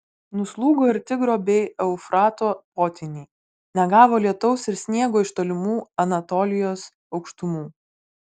nuslūgo ir tigro bei eufrato potvyniai negavo lietaus ir sniego iš tolimų anatolijos aukštumų